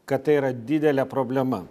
kad tai yra didelė problema